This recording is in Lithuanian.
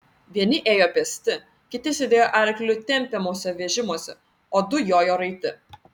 vieni ėjo pėsti kiti sėdėjo arklių tempiamuose vežimuose o du jojo raiti